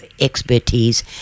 expertise